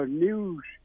news